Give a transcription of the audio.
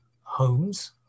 homes